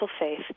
faith—